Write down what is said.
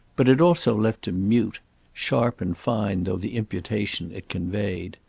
but it also left him mute sharp and fine though the imputation it conveyed.